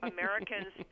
Americans